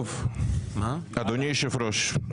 אדוני היושב ראש,